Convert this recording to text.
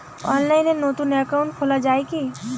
অনলাইনে নতুন একাউন্ট খোলা য়ায় কি?